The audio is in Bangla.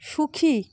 সুখী